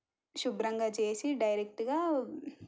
శుభ్రంగా చేసి డైరెక్ట్గా